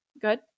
Good